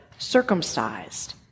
circumcised